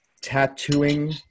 tattooing